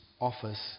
office